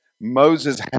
Moses